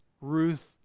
Ruth